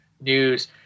news